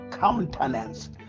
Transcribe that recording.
countenance